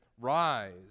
Rise